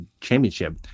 championship